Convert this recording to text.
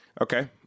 okay